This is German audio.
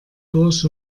durch